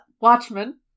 Watchmen